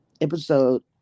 episode